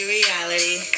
reality